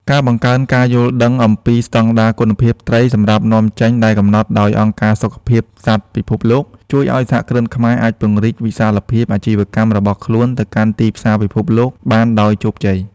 ការបង្កើនការយល់ដឹងអំពីស្តង់ដារគុណភាពត្រីសម្រាប់នាំចេញដែលកំណត់ដោយអង្គការសុខភាពសត្វពិភពលោក ជួយឱ្យសហគ្រិនខ្មែរអាចពង្រីកវិសាលភាពអាជីវកម្មរបស់ខ្លួនទៅកាន់ទីផ្សារពិភពលោកបានដោយជោគជ័យ។